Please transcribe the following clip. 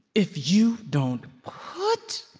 if you don't put